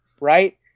right